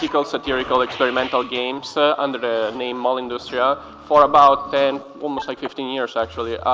you know satirical, experimental games under the name molleindustria for about ten, almost like fifteen years actually.